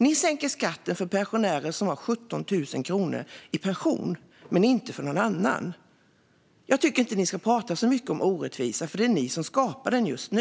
Ni sänker skatten för pensionärer som har 17 000 kronor i pension men inte för någon annan. Jag tycker inte att ni ska prata så mycket om orättvisa, för det är ni som skapar den just nu.